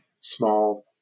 small